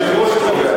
היושב-ראש קובע,